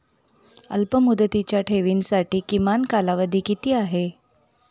अल्पमुदतीच्या ठेवींसाठी किमान कालावधी किती आहे?